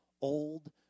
old